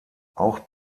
auch